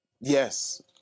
Yes